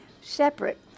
separate